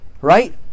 right